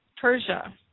Persia